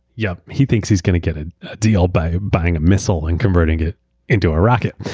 yup. he thinks he's going to get a deal by buying a missile and converting it into a rocket.